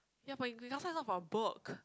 ya but mi casa is not from a book